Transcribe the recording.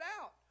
out